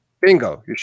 bingo